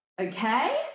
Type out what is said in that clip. Okay